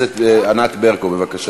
והביטחון להכנה לקריאה שנייה ושלישית.